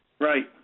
Right